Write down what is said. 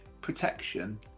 protection